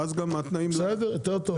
ואז גם התנאים -- בסדר יותר טוב,